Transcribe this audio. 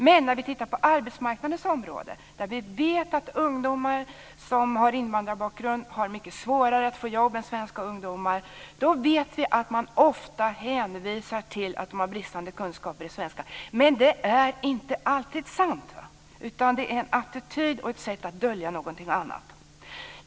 Men när vi tittar på arbetsmarknaden, där vi vet att ungdomar med invandrarbakgrund har mycket svårare än svenska ungdomar att få jobb, ser vi att man ofta hänvisar till att ungdomarna har bristande kunskaper i svenska. Men det är inte alltid sant, utan detta är en attityd och ett sätt att dölja någonting annat.